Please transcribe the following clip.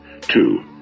Two